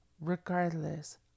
Regardless